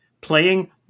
playing